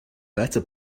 better